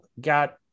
got